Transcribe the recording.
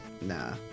nah